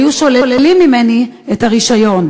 היו שוללים ממני את הרישיון.